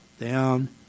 down